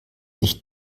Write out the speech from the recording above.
nicht